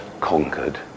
conquered